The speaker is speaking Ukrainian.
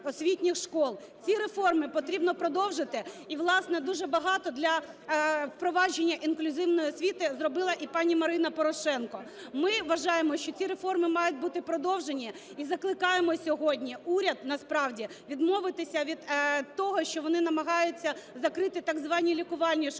Ці реформи потрібно продовжити. І, власне, дуже багато для впровадження інклюзивної освіти зробила і пані Марина Порошенко. Ми вважаємо, що ці реформи мають бути продовжені, і закликаємо сьогодні уряд насправді відмовитися від того щоб вони намагаються закрити так звані "лікувальні" школи